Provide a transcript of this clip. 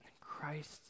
Christ